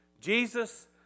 Jesus